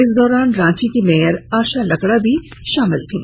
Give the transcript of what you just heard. इस दौरान रांची की मेयर आशा लकड़ा भी शामिल थीं